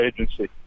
agency